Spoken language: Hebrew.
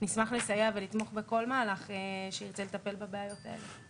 נשמח לסייע ולתמוך בכל מהלך שירצה לטפל בבעיות האלה.